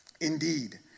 Indeed